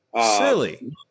Silly